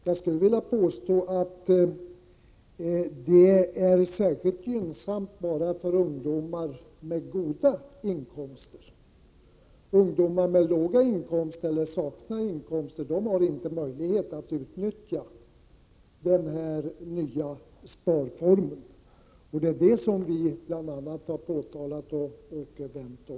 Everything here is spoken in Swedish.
Jag skulle vilja påstå att denna sparform endast är särskilt gynnsam för ungdomar med goda inkomster. De ungdomar som har låga inkomster eller saknar inkomster har inte samma möjligheter att utnyttja denna nya sparform. Det är detta vi har påtalat och vänt oss emot.